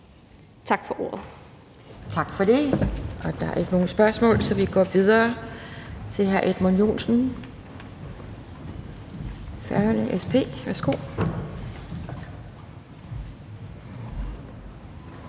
Kjærsgaard): Tak for det. Der er ikke nogen spørgsmål, så vi går videre til hr. Edmund Joensen, SP, fra Færøerne. Værsgo.